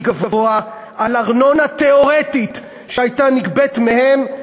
גבוה על ארנונה תיאורטית שהייתה נגבית מהן,